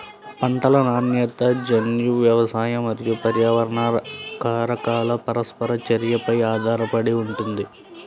పంటల నాణ్యత జన్యు, వ్యవసాయ మరియు పర్యావరణ కారకాల పరస్పర చర్యపై ఆధారపడి ఉంటుంది